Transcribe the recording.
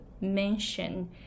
mention